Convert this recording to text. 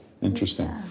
Interesting